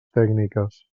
tècniques